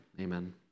Amen